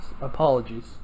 Apologies